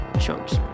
chunks